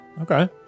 Okay